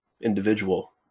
individual